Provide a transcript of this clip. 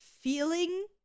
feeling